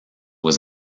was